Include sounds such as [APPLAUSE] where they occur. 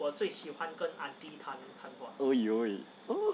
oh [NOISE] eh